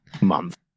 month